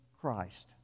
Christ